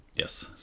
Yes